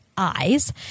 eyes